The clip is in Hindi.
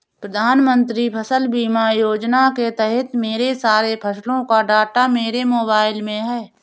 प्रधानमंत्री फसल बीमा योजना के तहत मेरे सारे फसलों का डाटा मेरे मोबाइल में है